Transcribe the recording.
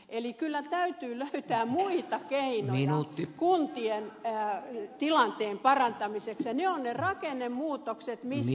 eli kyllä täytyy löytää muita keinoja kuntien tilanteen parantamiseksi ja ne ovat ne rakennemuutokset mistä ed